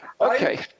Okay